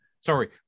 sorry